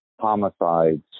homicides